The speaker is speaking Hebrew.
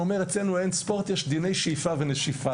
הוא היה אומר: "אצלנו אין ספורט; יש דיני שאיפה ונשיפה.